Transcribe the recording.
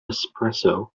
espresso